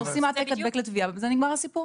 עושים העתק-הדבק לתביעה ובזה נגמר הסיפור.